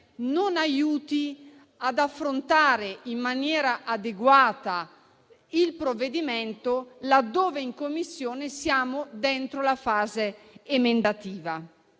non aiuti ad affrontare in maniera adeguata il provvedimento mentre in Commissione siamo in fase emendativa.